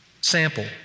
Sample